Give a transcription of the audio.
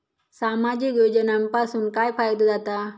सामाजिक योजनांपासून काय फायदो जाता?